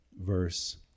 Verse